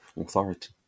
authority